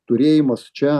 turėjimas čia